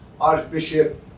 Archbishop